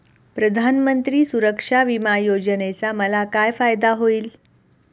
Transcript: प्रधानमंत्री सुरक्षा विमा योजनेचा मला काय फायदा होईल?